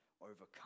overcome